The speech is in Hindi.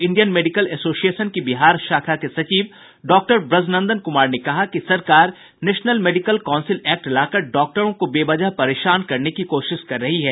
इंडियन मेडिकल एसोसिएशन की बिहार शाखा के सचिव डॉक्टर ब्रजनंदन कुमार ने कहा कि सरकार नेशनल मेडिकल काउंसिल एक्ट लाकर डॉक्टरों को बेवजह परेशान करने की कोशिश कर रही है